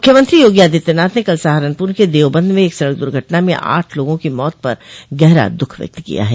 मुख्यमंत्री योगी आदित्यनाथ ने कल सहारनपुर के देवबंद में एक सड़क दुर्घटना में आठ लोगों की मौत पर गहरा दुःख व्यक्त किया है